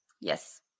Yes